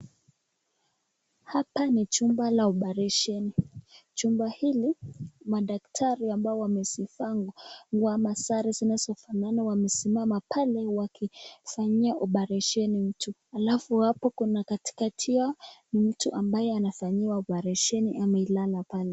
hapa ni chumba la opareseni chumba hili madakitari ambao wameshikana wanasare zinazofanana wamesimama pale wakifanyiwa opareseni mtu alafu hapo katikati mtu ambaye anafanyiwa opareseni amelala pale.